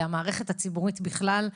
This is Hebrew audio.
במערכת הציבורית בכלל,